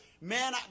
Man